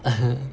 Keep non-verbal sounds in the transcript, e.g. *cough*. *laughs*